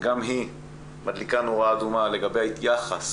גם היא מדליקה נורה אדומה לגבי יחס